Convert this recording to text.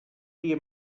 dia